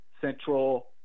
Central